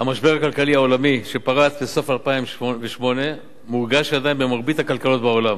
המשבר הכלכלי העולמי שפרץ בסוף 2008 מורגש עדיין במרבית הכלכלות בעולם.